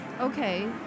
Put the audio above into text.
Okay